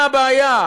מה הבעיה?